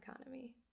economy